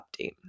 update